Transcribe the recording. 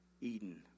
Eden